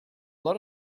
lot